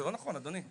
זה לא נכון, אדוני.